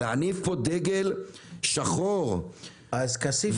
להניף פה דגל שחור ולומר --- כסיף,